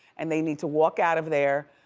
and they need to walk out of there